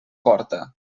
porta